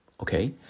Okay